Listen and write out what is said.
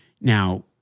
Now